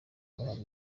bahabwa